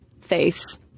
face